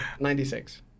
96